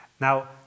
Now